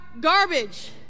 garbage